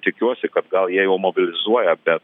tikiuosi kad gal jie jau mobilizuoja bet